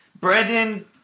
Brendan